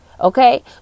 Okay